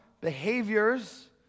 behaviors